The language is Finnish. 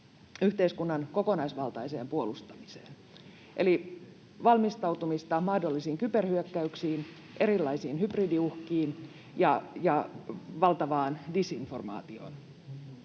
yhteiskunnan kokonaisvaltaiseen puolustamiseen eli valmistautumista mahdollisiin kyberhyökkäyksiin, erilaisiin hybridiuhkiin ja valtavaan disinformaatioon.